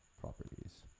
Properties